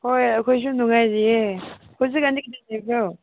ꯍꯣꯏ ꯑꯩꯈꯣꯏꯁꯨ ꯅꯨꯡꯉꯥꯏꯔꯤꯌꯦ ꯍꯧꯖꯤꯛ ꯀꯥꯟꯗꯤ ꯂꯩꯕ꯭ꯔꯣ